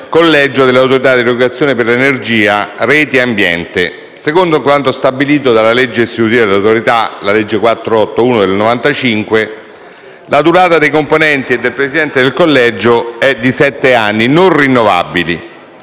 collegio dell'Autorità di regolazione per energia reti e ambiente. Secondo quanto stabilito dalla legge istitutiva dell'Autorità, la legge n. 481 del 1995, la durata dei componenti e del Presidente del collegio è di sette anni non rinnovabili.